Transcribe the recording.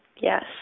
Yes